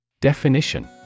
Definition